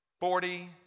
Forty